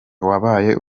wabaye